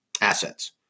assets